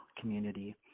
community